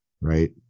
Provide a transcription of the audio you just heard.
Right